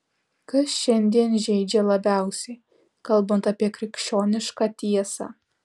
kas šiandien žeidžia labiausiai kalbant apie krikščionišką tiesą